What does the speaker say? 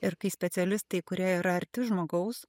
ir kai specialistai kurie yra arti žmogaus